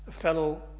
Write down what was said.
fellow